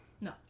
No